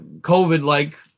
COVID-like